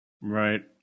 right